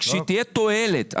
שתהיה תועלת.